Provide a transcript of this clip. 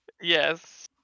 Yes